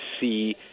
see